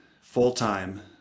full-time